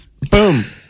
Boom